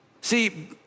See